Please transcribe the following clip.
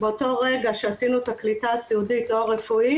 באותו רגע שעשינו את הקליטה הסיעודית או הרפואית